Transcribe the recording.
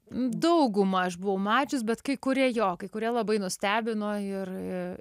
daugumą aš buvau mačius bet kai kurie jo kai kurie labai nustebino ir